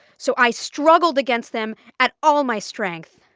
so i struggled against them at all my strength.